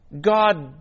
God